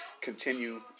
continue